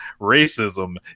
Racism